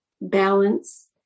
balance